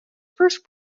first